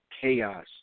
chaos